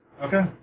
Okay